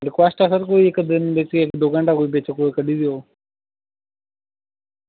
दिक्खो आस्तै सर कोई बिच्च कोई इक दो घैंटा कोई बिच कोई कड्ढी देओ